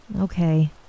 Okay